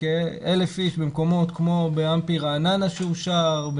1,000 איש במקומות כמו באמפי רעננה שאושר,